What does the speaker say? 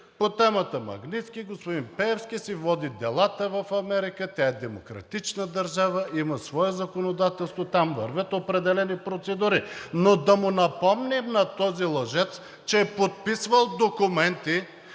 по темата „Магнитски“ господин Пеевски си води делата в Америка. Тя е демократична държава, има свое законодателство. Там вървят определени процедури. Но да му напомним на този лъжец, че е подписвал документи,